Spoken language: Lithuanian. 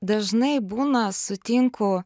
dažnai būna sutinku